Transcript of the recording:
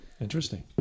Interesting